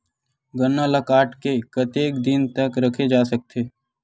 गन्ना ल काट के कतेक दिन तक रखे जा सकथे?